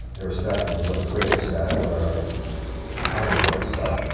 irrespective of what the critics said or what the tony awards said.